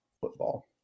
football